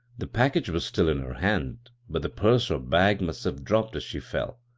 the pactmge was still in her hand, but the purse or bag must have dropped as she fell.